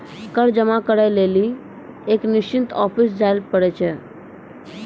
कर जमा करै लेली एक निश्चित ऑफिस जाय ल पड़ै छै